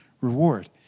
reward